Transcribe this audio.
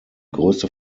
größte